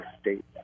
state